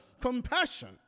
compassion